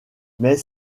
mais